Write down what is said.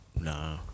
Nah